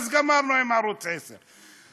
אז גמרנו עם ערוץ 10,